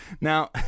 Now